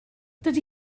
dydy